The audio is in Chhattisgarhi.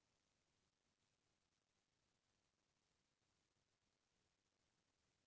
का धान ला रबि अऊ खरीफ दूनो मौसम मा बो सकत हन?